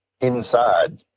inside